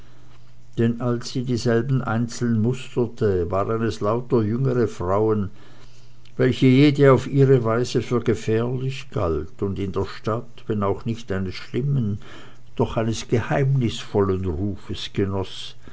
denn als sie dieselben einzeln musterte waren es lauter jüngere frauen welche jede auf ihre weise für gefährlich galt und in der stadt wenn auch nicht eines schlimmen doch eines geheimnisvollen rufes genoß